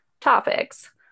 topics